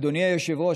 אדוני היושב-ראש,